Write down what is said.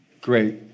Great